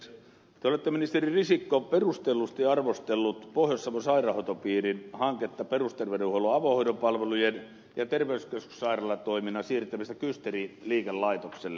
te olette ministeri risikko perustellusti arvostellut pohjois savon sairaanhoitopiirin hanketta perusterveydenhuollon avohoidon palvelujen ja terveyskeskussairaalatoiminnan siirtämisestä kysteri liikelaitokselle